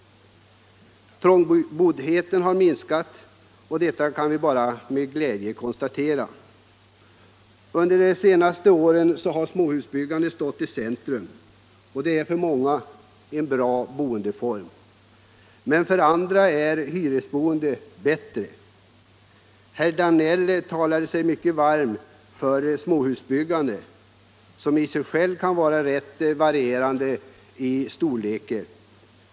Trångboddheten har minskat. Detta kan vi med glädje konstatera. Under de senaste åren har småhusbyggandet stått i centrum. Det är för många en bra boendeform. För andra är hyreshusboende bättre. Herr Danell talade sig mycket varm för småhusbyggandet, som i sig självt kan vara rätt varierande vad gäller storlek.